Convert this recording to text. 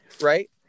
right